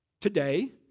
today